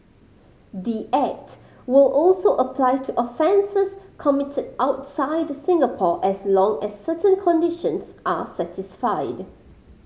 the act will also apply to offences committed outside Singapore as long as certain conditions are satisfied